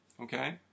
okay